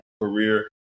career